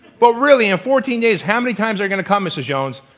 but really, in fourteen days, how many times are gonna come, mrs. jones?